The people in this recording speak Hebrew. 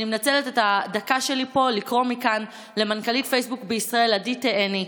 אני מנצלת את הדקה שלי פה לקרוא מכאן למנכ"לית פייסבוק בישראל עדי תאני,